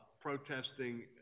protesting